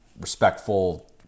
respectful